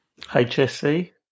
HSC